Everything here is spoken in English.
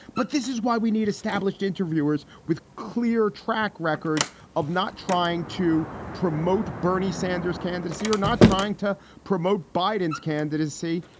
but this is why we need established interviewers with clear track records of not trying to promote bernie sanders candidacy or not trying to promote biden's candidacy.